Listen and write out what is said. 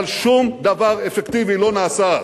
אבל שום דבר אפקטיבי לא נעשה אז.